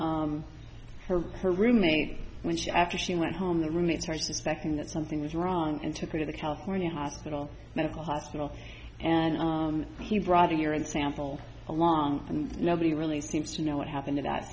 then for her roommate when she after she went home the roommates are suspecting that something was wrong and took her to the california hospital medical hospital and he brought a urine sample along and nobody really seems to know what happened to that